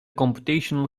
computational